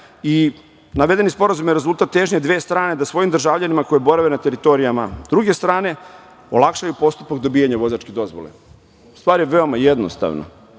i navedeni sporazum je rezultat težnje dve strane da svojim državljanima koji borave na teritorijama druge strane, olakšaju postupak dobijanja vozačke dozvole. Stvar je veoma jednostavna,